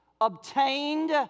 obtained